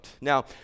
Now